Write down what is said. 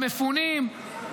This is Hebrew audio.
במפונים,